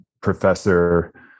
professor